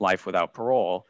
life without parole